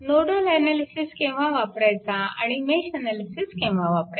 nodal analysis केव्हा वापरायचा आणि मेश अनालिसिस केव्हा वापरायचा